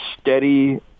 steady